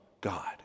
God